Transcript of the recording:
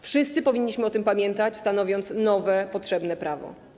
Wszyscy powinniśmy o tym pamiętać, stanowiąc nowe, potrzebne prawo.